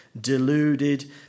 deluded